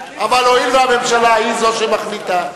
אבל הואיל והממשלה היא שמחליטה,